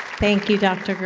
thank you, dr.